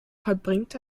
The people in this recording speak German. vollbringt